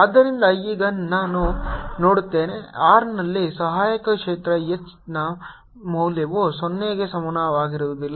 ಆದ್ದರಿಂದ ಈಗ ನಾನು ನೋಡುತ್ತೇನೆ R ನಲ್ಲಿ ಸಹಾಯಕ ಕ್ಷೇತ್ರ H ಗೆ ಮೌಲ್ಯವು 0 ಗೆ ಸಮನಾಗಿರುವುದಿಲ್ಲ